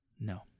no